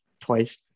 twice